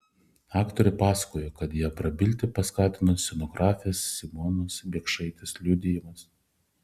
aktorė pasakojo kad ją prabilti paskatino scenografės simonos biekšaitės liudijimas